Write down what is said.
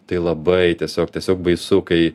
tai labai tiesiog tiesiog baisu kai